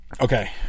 Okay